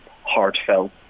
heartfelt